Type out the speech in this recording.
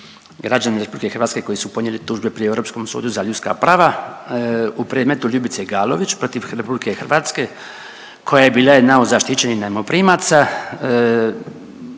građani Republike Hrvatske koji su podnijeli tužbe pri Europskom sudu za ljudska prava u predmetu Ljubice Galović protiv Republike Hrvatske koja je bila jedna od zaštićenih najmoprimaca.